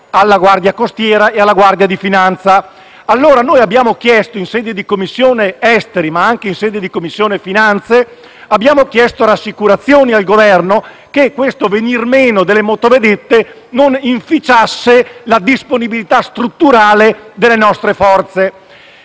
alla Guardia costiera e alla Guardia di finanza. Noi, allora, abbiamo chiesto in sede di Commissione affari esteri, ma anche in sede di Commissione finanze, rassicurazioni al Governo circa il fatto che il venir meno delle motovedette non inficiasse la disponibilità strutturale delle nostre Forze